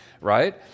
right